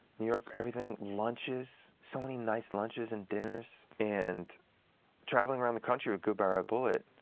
new york, everything, lunches, so many nice lunches and dinners, and traveling around the country with goodbye red bullet.